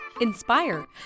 inspire